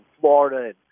Florida